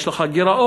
יש לך גירעון,